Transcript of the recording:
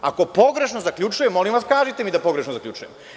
Ako pogrešno zaključujem, molim vas kažite mi da pogrešno zaključujem.